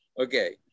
okay